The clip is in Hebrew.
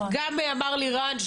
גם אמר לירן,